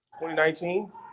2019